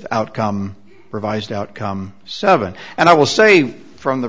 the outcome revised outcome seven and i will say from the